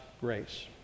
grace